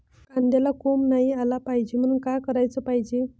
कांद्याला कोंब नाई आलं पायजे म्हनून का कराच पायजे?